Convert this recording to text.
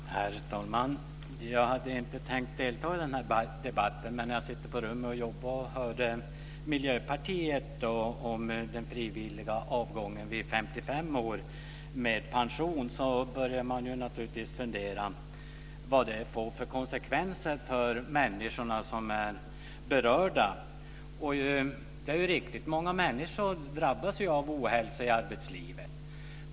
Herr talman! Jag hade inte tänkt delta i den här debatten. Men när jag satt på mitt rum och jobbade och hörde Miljöpartiet tala om den frivilliga avgången med pension vid 55 år började jag naturligtvis fundera över vad det får för konsekvenser för de människor som är berörda. Det är riktigt att många människor drabbas av ohälsa i arbetslivet.